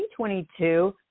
2022